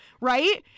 right